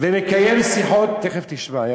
תכף תשמע.